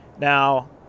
Now